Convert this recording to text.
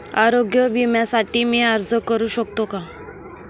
आरोग्य विम्यासाठी मी अर्ज करु शकतो का?